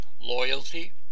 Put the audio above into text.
loyalty